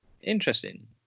interesting